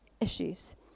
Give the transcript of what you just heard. issues